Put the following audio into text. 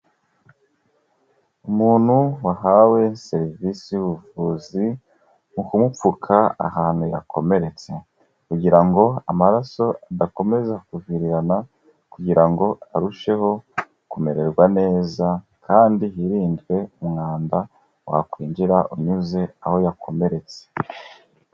Umuntu wahawe serivisi y'ubuvuzi mu kumupfuka ahantu yakomeretse, kugira ngo amaraso adakomeza kuvirirana kugira ngo arusheho kumererwa neza, kandi hirindwe umwanda wakwinjira unyuze aho yakomeretse.